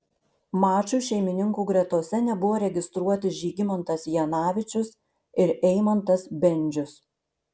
mačui šeimininkų gretose nebuvo registruoti žygimantas janavičius ir eimantas bendžius